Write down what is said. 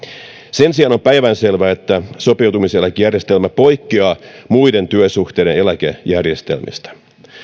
sen sijaan on on päivänselvää että sopeutumiseläkejärjestelmä poikkeaa muiden työsuhteiden eläkejärjestelmistä